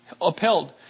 upheld